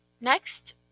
Next